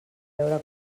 veure